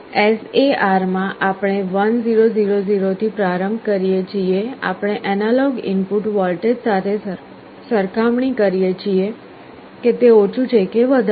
SAR માં આપણે 1 0 0 0 થી પ્રારંભ કરીએ છીએ આપણે એનાલોગ ઇનપુટ વોલ્ટેજ સાથે સરખામણી કરીએ છીએ કે તે ઓછું છે કે વધારે